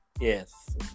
Yes